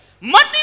Money